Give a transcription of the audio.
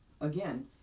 again